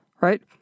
right